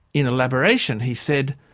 in elaboration, he said,